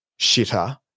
shitter